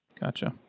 Gotcha